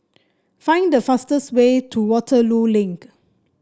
find the fastest way to Waterloo Link